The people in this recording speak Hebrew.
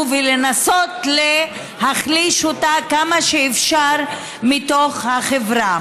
ולנסות להחליש אותה כמה שאפשר מתוך החברה,